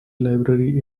library